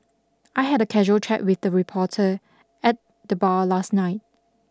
I had a casual chat with the reporter at the bar last night